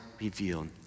revealed